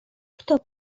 kto